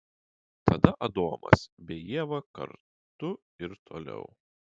tada adomas bei ieva kartu ir toliau